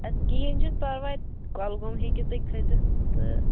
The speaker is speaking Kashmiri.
اَدٕ کِہیٖنۍ چھُنہٕ پَرواے کۄلگوم ہیٚکِو تُہۍ کھژِتھ تہٕ